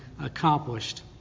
accomplished